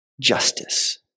justice